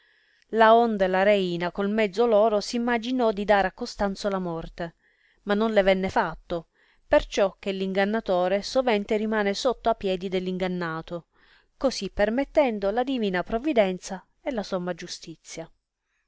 appresentarlo laonde la reina col mezzo loro s imaginò di dar a costanzo la morte ma non le venne fatto perciò che ingannatore sovente rimane sotto a piedi dell ingannato così permettendo la divina provvidenza e la somma giustizia